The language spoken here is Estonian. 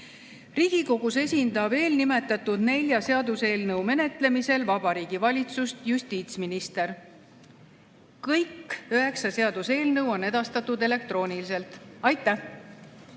Riigikogus esindab eelnimetatud nelja seaduseelnõu menetlemisel Vabariigi Valitsust justiitsminister. Kõik üheksa seaduseelnõu on edastatud elektrooniliselt. Aitäh!